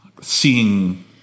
seeing